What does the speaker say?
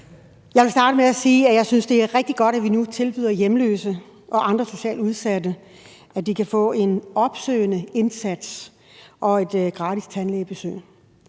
Jeg vil starte med at sige, at jeg synes, det er rigtig godt, at vi nu tilbyder hjemløse og andre socialt udsatte en opsøgende indsats og et gratis tandlægebesøg.